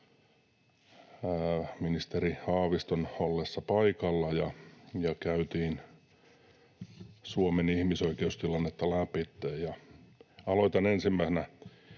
ministeri Haaviston ollessa paikalla ja käytiin Suomen ihmisoikeustilannetta läpi — että aloitan ensimmäisenä